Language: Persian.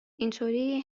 اینطوری